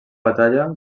batalla